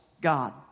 God